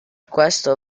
questo